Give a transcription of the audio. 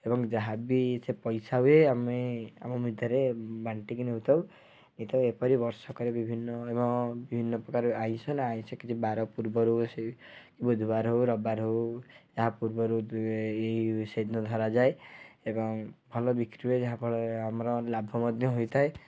ଏବଂ ଯାହାବି ସେ ପଇସା ହୁଏ ଆମେ ଆମ ଭିତରେ ବାଣ୍ଟିକି ନେଉଥାଉ ଏ ତ ଏପରି ବର୍ଷକରେ ବିଭିନ୍ନ ଏବଂ ବିଭିନ୍ନ ପ୍ରକାର ଆଇଁଷ ନା ଆଇଁଷ କିଛି ବାର ପୁର୍ବରୁ ସେଇ ବୁଧୁବାର ହେଉ ରବିବାର ହେଉ ଏହା ପୂର୍ବରୁ ଦୁଇ ଏଇ ସେଦିନ ଧରାଯାଏ ଏବଂ ଭଲ ବିକ୍ରି ହୁଏ ଯାହାଫଳରେ ଆମର ଲାଭ ମଧ୍ୟ ହୋଇଥାଏ